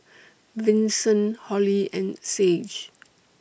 Vinson Holli and Sage